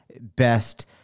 best